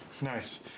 Nice